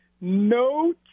no